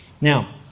Now